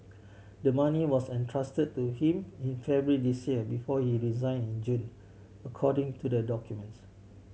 the money was entrusted to him in February this year before he resign in June according to the documents